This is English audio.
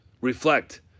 Reflect